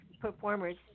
performers